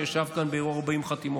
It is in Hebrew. שישב כאן באירוע 40 חתימות,